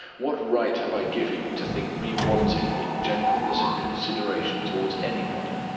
what right have i given you to think me wanting in gentleness and consideration toward anybody?